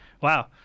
Wow